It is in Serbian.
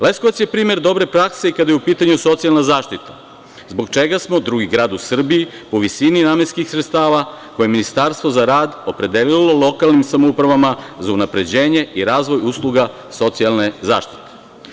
Leskovac je primer dobre prakse i kada je u pitanju socijalna zaštita, zbog čega smo drugi grad u Srbiji, po visini namenskih sredstava, koje je Ministarstvo za rad opredelilo lokalnim samoupravama za unapređenje i razvoj usluga socijalne zaštite.